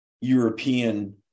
european